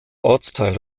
ortsteil